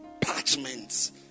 parchments